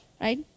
right